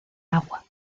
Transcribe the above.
agua